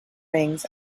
rings